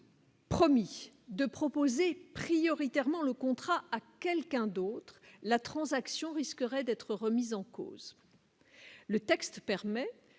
Promis de proposer prioritairement le contrat à quelqu'un d'autre, la transaction risquerait d'être remise en cause. Le texte permet